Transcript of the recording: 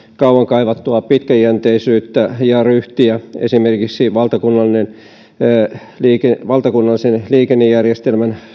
kauan kaivattua pitkäjänteisyyttä ja ryhtiä esimerkiksi valtakunnallisen liikennejärjestelmän